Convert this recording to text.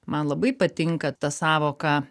man labai patinka ta sąvoka